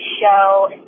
show